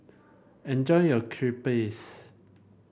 enjoy your Crepe